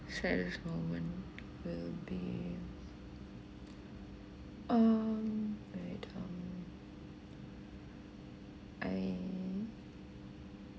saddest moment will be um I